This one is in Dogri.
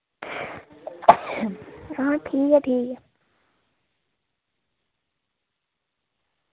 हां ठीक ऐ ठीक ऐ